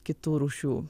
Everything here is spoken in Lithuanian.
kitų rūšių